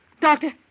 doctor